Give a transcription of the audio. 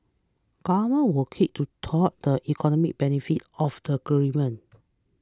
governments were kick to tout the economic benefits of the agreement